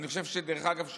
ודרך אגב,